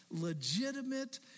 legitimate